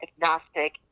agnostic